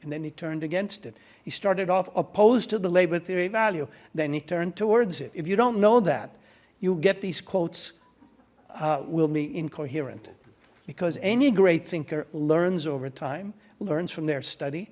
and then he turned against it he started off opposed to the labor theory value then he turned towards it if you don't know that you get these quotes will be incoherent because any great thinker learns over time learns from their study